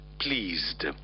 pleased